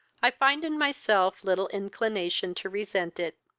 i find in myself little inclination to resent it.